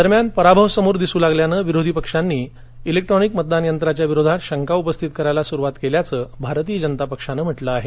दरम्यान पराभव समोर दिसू लागल्यान विरोधी पक्षांनी इलेक्ट्रोनिक मतदान यंत्राविरोधात शंका उपस्थित करायला सुरुवात केल्याचं भारतीय जनता पक्षाने म्हटलं आहे